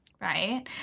Right